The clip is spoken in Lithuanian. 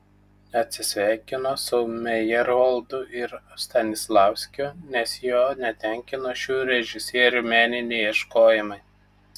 atsisveikino su mejerholdu ir stanislavskiu nes jo netenkino šių režisierių meniniai ieškojimai